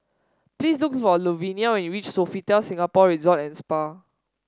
please look for Luvenia when you reach Sofitel Singapore Resort and Spa